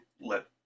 let